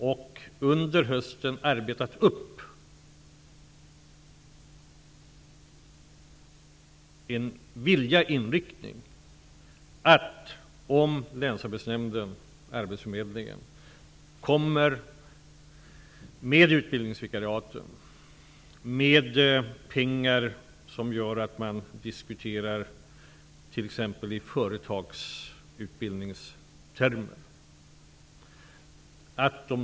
Jag har under hösten arbetat upp en viljeinriktning hos dem att ställa upp och hålla arbetskraften om länsarbetsnämnden och arbetsförmedlingen kommer med pengar till utbildningsvikariat, som gör att man diskuterar i t.ex. företagsutbildningstermer.